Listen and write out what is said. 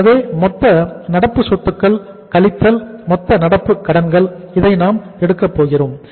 எனவே மொத்த நடப்பு சொத்துக்கள் கழித்தல் மொத்த நடப்பு கடன்கள் இதை நாம் எடுக்க போகிறோம்